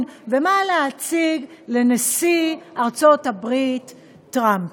ומה להציג לנשיא ארצות-הברית טראמפ,